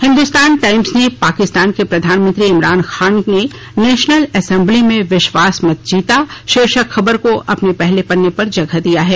Hindustan Times ने पाकिस्तान के प्रधानमंत्री इमरान खान ने नेशनल एसेंबली में विश्वास मत जीता शीर्षक खबर को अपने पहले पन्ने पर लिया है